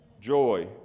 joy